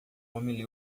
homem